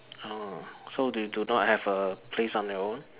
so they do not have a place on their own